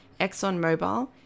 ExxonMobil